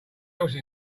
else